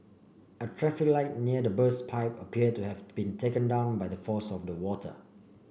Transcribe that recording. a traffic light near the burst pipe appeared to have been taken down by the force of the water